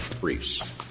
briefs